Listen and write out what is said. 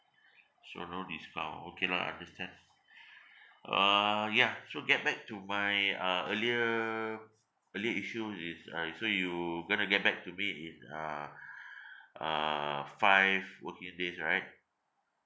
so no discount okay lah understand uh ya so get back to my uh earlier earlier issue is uh so you going to get back to me in uh uh five working days right